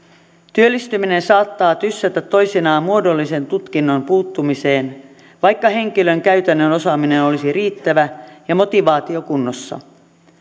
työllistyminen saattaa tyssätä toisinaan muodollisen tutkinnon puuttumiseen vaikka henkilön käytännön osaaminen olisi riittävä ja motivaatio kunnossa